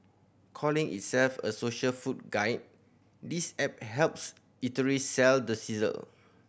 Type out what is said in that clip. calling itself a social food guide this app helps eateries sell the sizzle